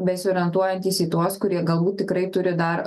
besiorientuojantys į tuos kurie galbūt tikrai turi dar